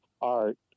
art